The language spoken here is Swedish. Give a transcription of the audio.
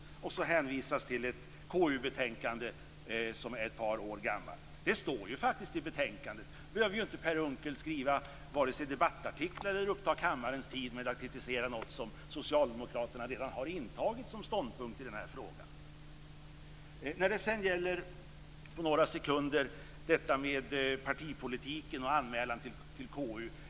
Sedan hänvisas till ett KU-betänkande som är ett par år gammalt. Det står faktiskt i betänkandet. Per Unckel behöver inte skriva debattartiklar eller uppta kammarens tid med att kritisera något som Socialdemokraterna redan har intagit som ståndpunkt i den här frågan. Låt mig sedan på några sekunder nämna detta med partipolitik och anmälan till KU.